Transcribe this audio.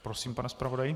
Prosím, pane zpravodaji.